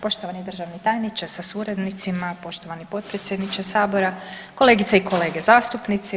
Poštovani državni tajniče sa suradnicima, poštovani potpredsjedniče Sabora, kolegice i kolege zastupnici.